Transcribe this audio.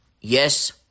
Yes